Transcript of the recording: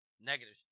Negative